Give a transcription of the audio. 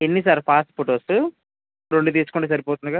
ఎన్ని sir pass photos రెండు తీసుకుంటే సరిపోతుందిగా